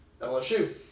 LSU